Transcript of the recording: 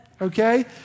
okay